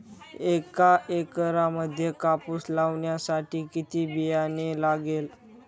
एका एकरामध्ये कापूस लावण्यासाठी किती बियाणे लागेल?